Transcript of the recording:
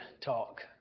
talk